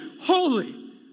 Holy